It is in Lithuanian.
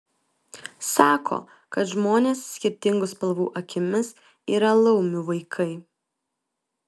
sako kad žmonės skirtingų spalvų akimis yra laumių vaikai